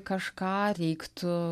kažką reiktų